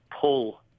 pull